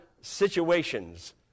situations